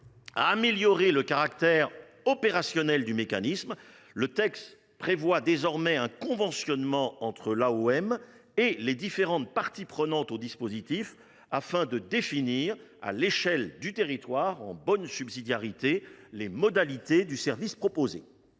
à améliorer le caractère opérationnel du mécanisme. Le texte prévoit désormais un conventionnement entre l’AOM et les différentes parties prenantes, afin de définir à l’échelle du territoire les modalités du service proposé,